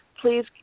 Please